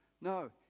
No